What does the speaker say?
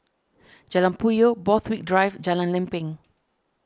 Jalan Puyoh Borthwick Drive Jalan Lempeng